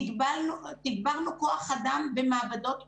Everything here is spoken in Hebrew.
תגברנו כוח-אדם במעבדות קורונה.